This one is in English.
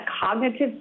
cognitive